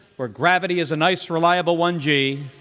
where gravity is a nice, reliable one g,